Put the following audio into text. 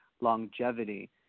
longevity